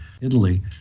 Italy